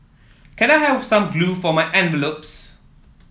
can I have some glue for my envelopes